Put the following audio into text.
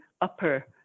upper